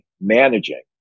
managing